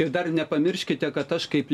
ir dar nepamirškite kad aš kaip